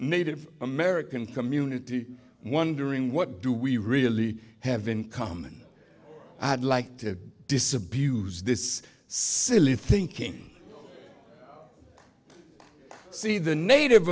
native american community wondering what do we really have in common i'd like to disabuse this silly thinking see the native